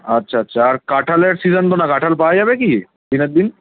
আচ্ছা আচ্ছা আর কাঁঠালের সিজেন তো না কাঁঠাল পাওয়া যাবে কি দিনের দিন